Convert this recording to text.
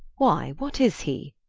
why, what is he?